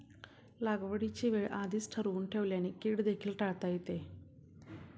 लागवडीची वेळ आधीच ठरवून ठेवल्याने कीड देखील टाळता येते